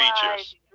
features